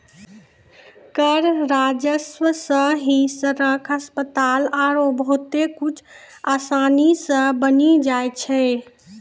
कर राजस्व सं ही सड़क, अस्पताल आरो बहुते कुछु आसानी सं बानी जाय छै